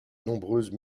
nombreuses